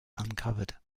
uncovered